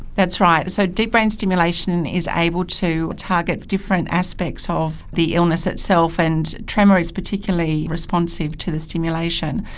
that's right, so deep brain stimulation is able to target different aspects of the illness itself, and tremor is particularly responsive to the stimulation.